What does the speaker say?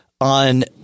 on